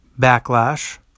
backlash